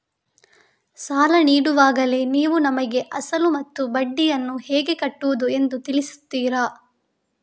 ಸಾಲ ನೀಡುವಾಗಲೇ ನೀವು ನಮಗೆ ಅಸಲು ಮತ್ತು ಬಡ್ಡಿಯನ್ನು ಹೇಗೆ ಕಟ್ಟುವುದು ಎಂದು ತಿಳಿಸುತ್ತೀರಾ?